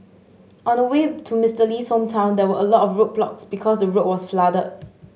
on the way to Mister Lee's hometown there were a lot of roadblocks because the road was flooded